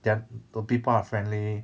their people are friendly